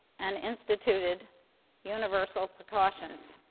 and instituted universal precautions